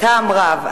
טעם רב.